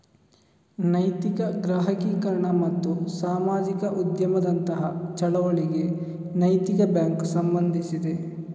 ನೈತಿಕ ಗ್ರಾಹಕೀಕರಣ ಮತ್ತು ಸಾಮಾಜಿಕ ಉದ್ಯಮದಂತಹ ಚಳುವಳಿಗಳಿಗೆ ನೈತಿಕ ಬ್ಯಾಂಕು ಸಂಬಂಧಿಸಿದೆ